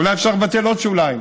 אולי אפשר לבטל עוד שוליים